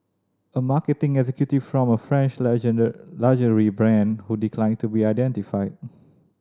a marketing executive from a French luxury brand who declined to be identified